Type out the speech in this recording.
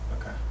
okay